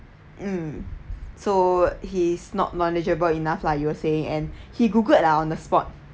mm so he's not knowledgeable enough lah you were saying and he Googled ah on the spot